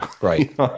right